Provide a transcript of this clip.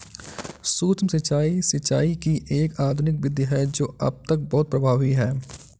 सूक्ष्म सिंचाई, सिंचाई की एक आधुनिक विधि है जो अब तक बहुत प्रभावी है